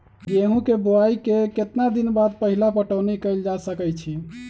गेंहू के बोआई के केतना दिन बाद पहिला पटौनी कैल जा सकैछि?